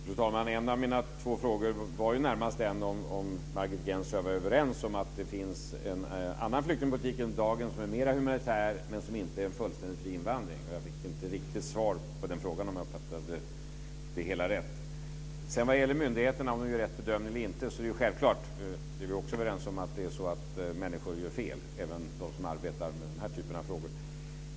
Fru talman! En av mina två frågor var den om Margit Gennser och jag var överens om att det finns en annan flyktingpolitik än dagens som är mer humanitär men som inte innebär en fullständigt fri invandring. Jag fick inte riktigt svar på den frågan, om jag uppfattade det hela rätt. Vad gäller om myndigheterna gör rätt bedömning eller inte är det självklart - det är vi också överens om - att människor gör fel. Det gäller även dem som arbetar med denna typ av frågor.